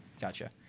Gotcha